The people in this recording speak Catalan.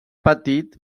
patit